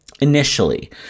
initially